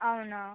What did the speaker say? అవునా